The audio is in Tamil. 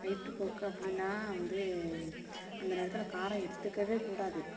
வயிற்றுப்போக்கு அப்படின்னா வந்து அந்த நேரத்தில் காரம் எடுத்துக்கவே கூடாது